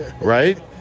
right